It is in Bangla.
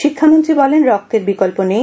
শিক্ষামন্ত্রী বলেন রক্তের বিকল্প নেই